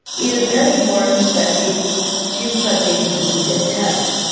it's very important that if students are taking repeated tests,